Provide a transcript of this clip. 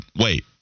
wait